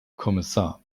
kommissar